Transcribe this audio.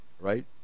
Right